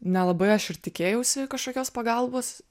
nelabai aš ir tikėjausi kažkokios pagalbos